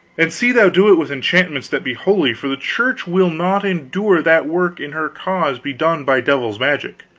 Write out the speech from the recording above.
and see thou do it with enchantments that be holy, for the church will not endure that work in her cause be done by devil's magic.